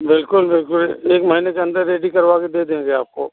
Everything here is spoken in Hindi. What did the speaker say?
बिल्कुल बिल्कुल एक महीने के अंदर रेडी करवा के दे देंगे आपको